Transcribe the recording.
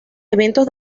eventos